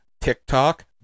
tiktok